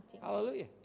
Hallelujah